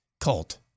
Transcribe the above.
cult